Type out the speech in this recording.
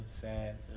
sad